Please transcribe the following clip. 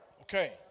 Okay